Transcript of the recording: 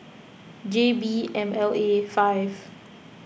J B M L A five